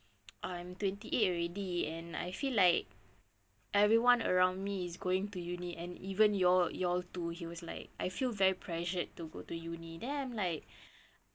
I'm twenty eight already and I feel like everyone around me is going to uni and even you all you all too he was like I feel very pressured to go to uni then I'm like